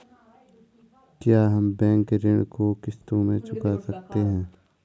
क्या हम बैंक ऋण को किश्तों में चुका सकते हैं?